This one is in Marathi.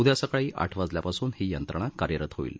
उदया सकाळी आठ वाजल्यापासून ही यंत्रणा कार्यरत होईल